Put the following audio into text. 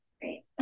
Great